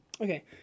Okay